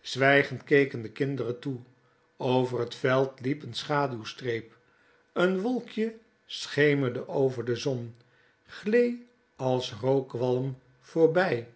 zwijgend keken de kinderen toe over het veld liep n schaduwstreep een wolkje schemerde over de zon glee als rookwalm voorbij